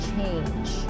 change